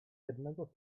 jednego